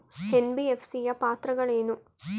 NBFC ಯ ಪಾತ್ರಗಳೇನು?